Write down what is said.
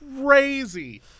crazy